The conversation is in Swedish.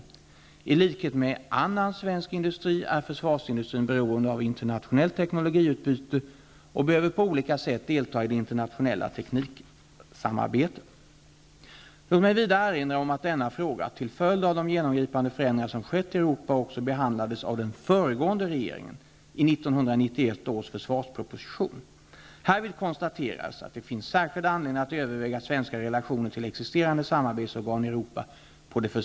I likhet med annan svensk industri är försvarsindustrin beroende av internationellt teknologiutbyte och behöver på olika sätt delta i det internationellla tekniksamarbetet.